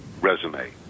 resume